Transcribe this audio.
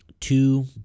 two